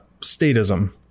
statism